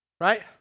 right